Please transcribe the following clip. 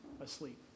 asleep